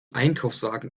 einkaufswagen